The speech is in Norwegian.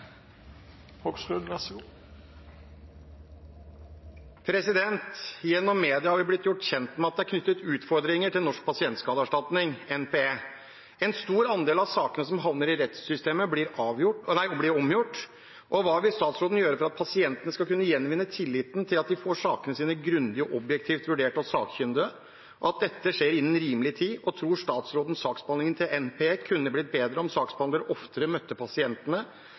media har vi blitt gjort kjent med at det er knyttet utfordringer til Norsk pasientskadeerstatning . En stor andel av sakene som havner i rettssystemet, blir omgjort. Hva vil statsråden gjøre for at pasientene skal kunne gjenvinne tillit til at de får sakene sine grundig og objektivt vurdert av sakkyndige, og at dette skjer innen rimelig tid, og tror statsråden saksbehandlingen til NPE kunne blitt bedre om saksbehandler oftere møtte pasientene